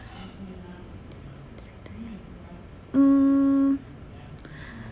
mm